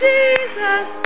Jesus